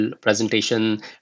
presentation